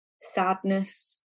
sadness